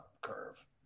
curve